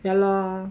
ya lor